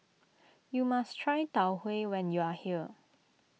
you must try Tau Huay when you are here